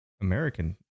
American